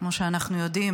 כמו שאנחנו יודעים,